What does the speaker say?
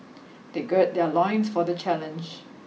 they gird their loins for the challenge